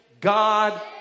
God